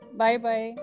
bye-bye